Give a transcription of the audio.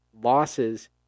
losses